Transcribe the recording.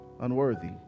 unworthy